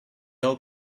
old